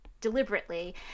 deliberately